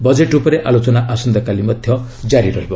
budget ଉପରେ ଆଲୋଚନା ଆସନ୍ତାକାଲି ମଧ୍ୟ ଜାରି ରହିବ